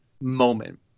moment